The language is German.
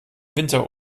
winter